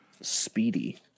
speedy